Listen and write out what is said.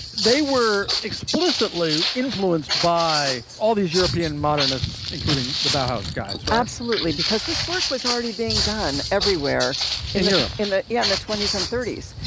they were explicitly influenced by all these european modernists, including the barkhouse guys absolutely, because this work was already being done everywhere in europe in the yeah in the twenty s and thirty s.